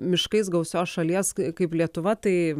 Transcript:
miškais gausios šalies kaip lietuva tai